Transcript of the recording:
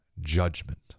judgment